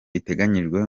iteganyijwe